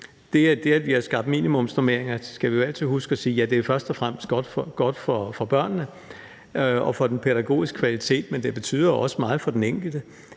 det, at vi har skabt minimumsnormeringer, skal vi jo altid huske at sige, at det først og fremmest er godt for børnene og for den pædagogiske kvalitet, men det betyder også meget for den enkelte,